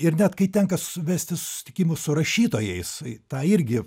ir net kai tenka vesti susitikimus su rašytojais tą irgi